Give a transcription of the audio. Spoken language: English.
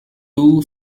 two